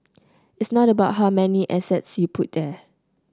it's not about how many assets you put there